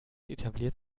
etabliert